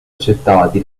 accettati